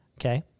Okay